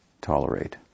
tolerate